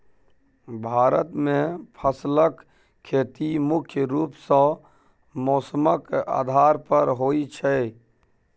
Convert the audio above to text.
भारत मे फसलक खेती मुख्य रूप सँ मौसमक आधार पर होइ छै